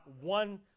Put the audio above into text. one